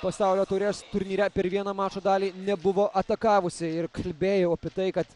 pasaulio taurės turnyre per vieną mažą dalį nebuvo atakavusi ir kalbėjau apie tai kad